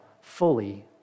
fully